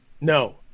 No